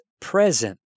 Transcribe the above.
present